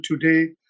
today